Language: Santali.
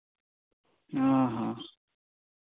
ᱚ ᱦᱚᱸ